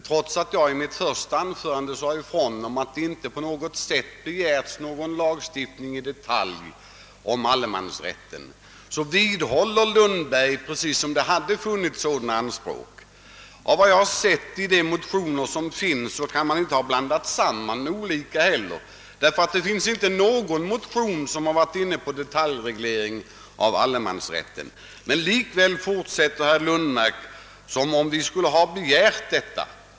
Trots att jag i mitt första anförande sade ifrån att det inte på något sätt begärts någon lagstiftning i detalj om allemansrätten, vidhåller herr Lundmark sitt uttalande, precis som om det hade funnits sådana anspråk Av vad jag sett i de föreliggande motionerna kan man inte heller ha gjort någon sammanblandning, ty det finns inte någon motion som varit inne på frågan om en detaljreglering av allemansrätten. Men likväl fortsätter herr Lundmark som om vi skulle ha begärt detta.